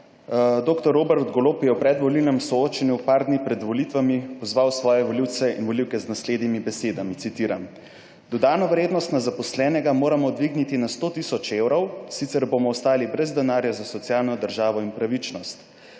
Dr. Robert Golob je v predvolilnem soočenju par dni pred volitvami pozval svoje volivce in volivke z naslednjimi besedami, citiram: »Dodano vrednost na zaposlenega moramo dvigniti na 100 tisoč evrov, sicer bomo ostali brez denarja za socialno državo in pravičnost.